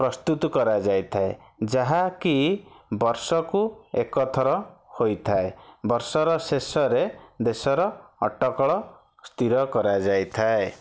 ପ୍ରସ୍ତୁତ କରାଯାଇଥାଏ ଯାହାକି ବର୍ଷକୁ ଏକଥର ହୋଇଥାଏ ବର୍ଷର ଶେଷରେ ଦେଶର ଅଟକଳ ସ୍ଥିର କରାଯାଇଥାଏ